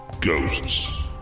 Ghosts